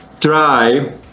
try